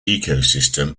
ecosystem